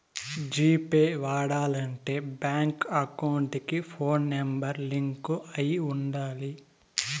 G Pay వాడాలంటే bank account కి phone number link అయి ఉండాలి